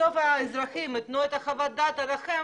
בסוף האזרחים ייתנו את חוות דעתם עליכם